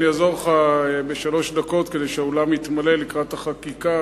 אני אעזור לך בשלוש דקות כדי שהאולם יתמלא לקראת החקיקה,